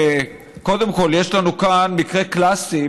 קודם כול, יש לנו כאן מקרה קלאסי.